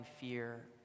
fear